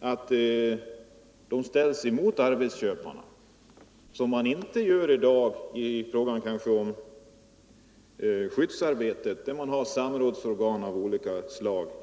Fackföreningen skulle då ställas emot arbetsköparna, vilket inte är fallet i dag, t.ex. när det gäller skyddsarbete. Där har man ju samrådsorgan av olika slag.